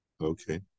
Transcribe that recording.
Okay